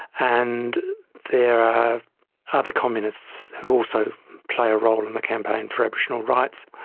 and there are other communists who also play a role in the campaign for aboriginal rights.